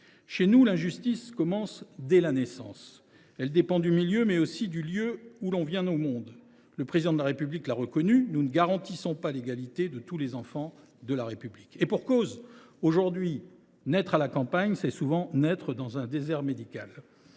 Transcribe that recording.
Chez nous, l’injustice commence dès la naissance. Elle dépend du milieu, mais aussi du lieu où l’on vient au monde. Le Président de la République l’a reconnu : nous ne garantissons pas l’égalité de tous les enfants de la République. Et pour cause ! Aujourd’hui, naître à la campagne, c’est souvent naître dans un désert médical.